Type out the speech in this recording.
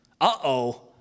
Uh-oh